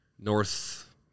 north